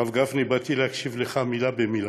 הרב גפני, באתי להקשיב לך מילה-מילה.